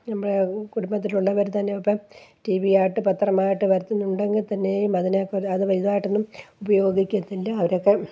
നമ്മുടെ കുടുംബത്തിലുള്ളവർ തന്നെ ഇപ്പോള് ടി വി ആയിട്ട് പത്രമായിട്ട് വരുത്തുന്നുണ്ടെങ്കില്ത്തന്നെയും അതിനാക്കെ അത് വലുതായിട്ടൊന്നും ഉപയോഗിക്കുന്നില്ല അവരൊക്കെ